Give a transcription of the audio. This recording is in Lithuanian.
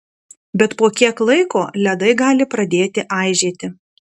bet po kiek laiko ledai gali pradėti aižėti